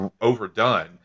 overdone